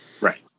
right